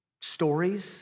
stories